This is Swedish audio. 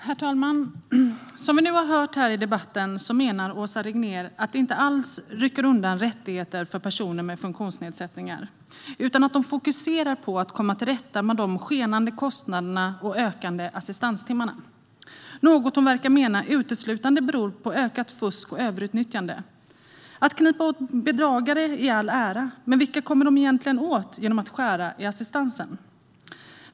Herr talman! Som vi har hört här i debatten menar Åsa Regnér att detta inte alls rycker undan rättigheter för personer med funktionsnedsättningar. Man fokuserar på att komma till rätta med de skenande kostnaderna och de ökande assistanstimmarna - något som hon verkar mena uteslutande beror på ökat fusk och överutnyttjande. Att sätta dit bedragare i all ära, men vilka kommer man egentligen åt genom att skära i assistansen?